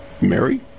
Mary